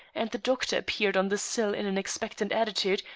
and the doctor appeared on the sill in an expectant attitude,